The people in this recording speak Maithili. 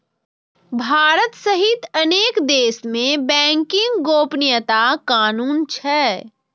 भारत सहित अनेक देश मे बैंकिंग गोपनीयता कानून छै